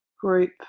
group